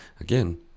again